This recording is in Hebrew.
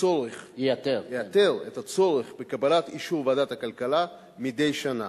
הצורך בקבלת אישור ועדת הכלכלה מדי שנה.